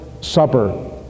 Supper